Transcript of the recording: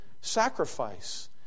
sacrifice